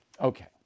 Okay